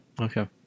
Okay